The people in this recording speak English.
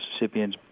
Mississippians